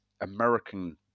American